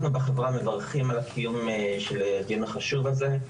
אנחנו בחברה מברכים על הקיום של הדיון החשוב הזה,